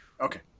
Okay